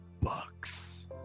bucks